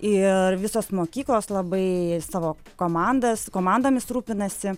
ir visos mokyklos labai savo komandas komandomis rūpinasi